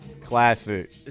Classic